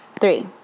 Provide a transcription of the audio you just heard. Three